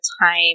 time